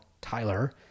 Tyler